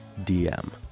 DM